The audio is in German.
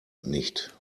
nicht